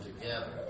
together